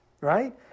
right